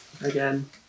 again